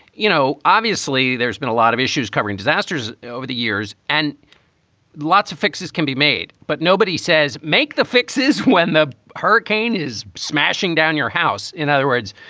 you know, obviously there's been a lot of issues covering disasters over the years and lots of fixes can be made. but nobody says make the fixes when the hurricane is smashing down your house. in other words,